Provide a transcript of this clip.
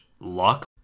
luck